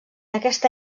aquesta